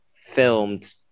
filmed